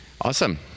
Awesome